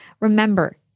Remember